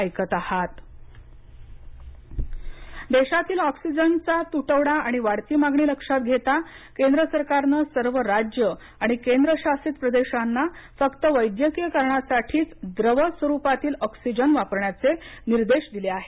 oxygen उत्पादन देशातील ऑक्सिजनचा तुटवडा आणि वाढती मागणी लक्षात घेता केंद्र सरकारने सर्व राज्य आणि केंद्रशासित प्रदेशांना फक्त वैद्यकीय कारणासाठीच द्रव स्वरूपातील ऑक्सिजन वापरण्याचे निर्देश दिले आहेत